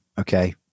okay